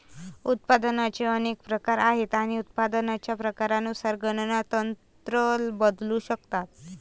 उत्पादनाचे अनेक प्रकार आहेत आणि उत्पादनाच्या प्रकारानुसार गणना तंत्र बदलू शकतात